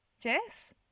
Jess